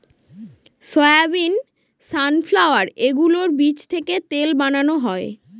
soybean, sunflower এগুলোর বীজ থেকে তেল বানানো হয়